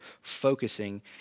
focusing